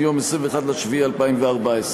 מיום 21 ביולי 2014,